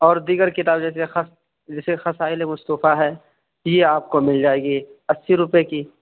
اور دیگر کتاب جیسے جیسے خصائل مصطفیٰ ہے یہ آپ کو مل جائے گی اسی روپے کی